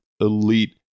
elite